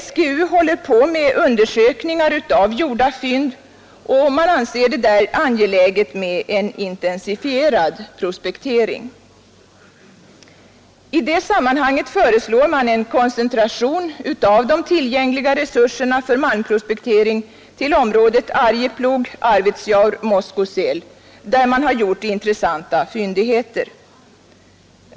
SGU håller på med undersökningar av gjorda fynd och anser det angeläget med en intensifierad prospektering. I det sammanhanget föreslår man en koncentration av de tillgängliga resurserna för malmprospektering till området Arjeplog—Arvidsjaur-Moskosel, där man har gjort intressanta fynd.